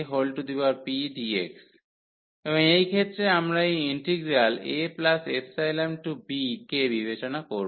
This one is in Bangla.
aϵb1x apdx এবং এই ক্ষেত্রে আমরা এই ইন্টিগ্রাল a ϵ টু b কে বিবেচনা করব